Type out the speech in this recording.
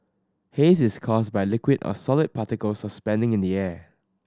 haze is caused by liquid or solid particles suspending in the air